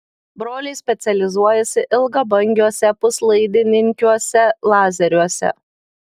broliai specializuojasi ilgabangiuose puslaidininkiniuose lazeriuose